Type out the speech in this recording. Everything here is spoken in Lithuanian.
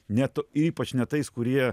ne to ypač ne tais kurie